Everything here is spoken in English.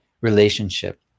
relationship